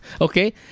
Okay